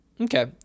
okay